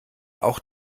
auch